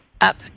up